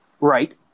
Right